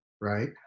right